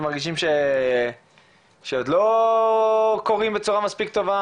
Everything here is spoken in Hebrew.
מרגישים שעוד לא קורים בצורה מספיק טובה?